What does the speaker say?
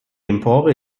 empore